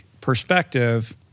perspective